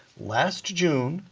last june,